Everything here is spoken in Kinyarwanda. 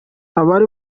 abari